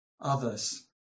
others